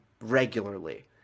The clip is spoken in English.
regularly